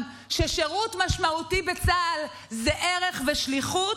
ששירות משמעותי בצה"ל זה ערך ושליחות?